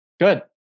Good